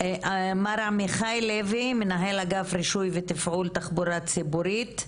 מר עמיחי לוי מנהל אגף רישוי ותפעול תחבורה ציבורית,